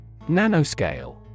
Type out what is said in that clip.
Nanoscale